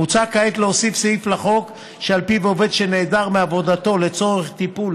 מוצע כעת להוסיף סעיף לחוק שעל פיו עובד שנעדר מעבודתו לצורך טיפול